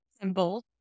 Symbols